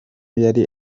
yari